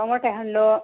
tomato ಹಣ್ಣು